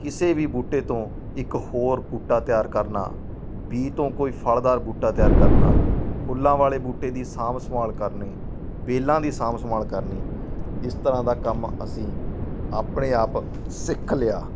ਕਿਸੇ ਵੀ ਬੂਟੇ ਤੋਂ ਇੱਕ ਹੋਰ ਬੂਟਾ ਤਿਆਰ ਕਰਨਾ ਬੀਜ ਤੋਂ ਕੋਈ ਫਲਦਾਰ ਬੂਟਾ ਤਿਆਰ ਕਰਨਾ ਫੁੱਲਾਂ ਵਾਲੇ ਬੂਟੇ ਦੀ ਸਾਂਭ ਸੰਭਾਲ ਕਰਨੀ ਬੇਲਾਂ ਦੀ ਸਾਂਭ ਸੰਭਾਲ ਕਰਨੀ ਜਿਸ ਤਰ੍ਹਾਂ ਦਾ ਕੰਮ ਅਸੀਂ ਆਪਣੇ ਆਪ ਸਿੱਖ ਲਿਆ